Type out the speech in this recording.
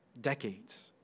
decades